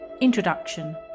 Introduction